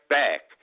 back